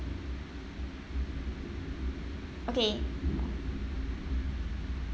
okay